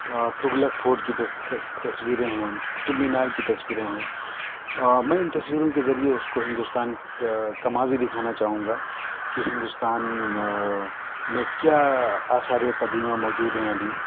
Tughlaq fort کی تصویریں ہیں قطب مینار کی تصویریں ہیں اور میں اِن تصویروں کے ذریعے اُس کو ہندوستان کا ماضی دکھانا چاہوں گا کہ ہندوستان میں کیا آثارِ قدیمہ موجود ہیں ابھی